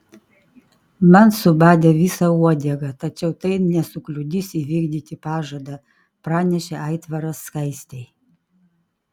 man subadė visą uodegą tačiau tai nesukliudys įvykdyti pažadą pranešė aitvaras skaistei